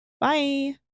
Bye